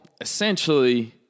essentially